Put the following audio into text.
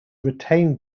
retained